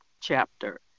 chapter